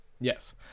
Yes